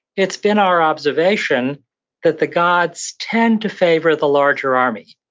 it's been our observation that the gods tend to favor the larger army.